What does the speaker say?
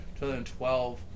2012